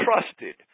trusted